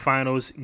Finals